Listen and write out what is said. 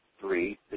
Three